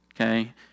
okay